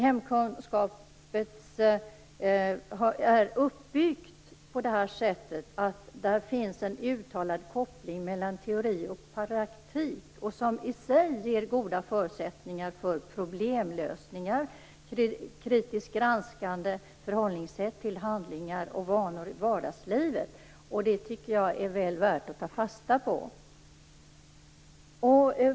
Hemkunskapen är uppbyggd så att det finns en uttalad koppling mellan teori och praktik som i sig ger goda förutsättningar för problemlösning och ett kritiskt granskande förhållningssätt till handlingar och vanor i vardagslivet, och det tycker jag är väl värt att ta fasta på.